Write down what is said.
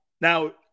Now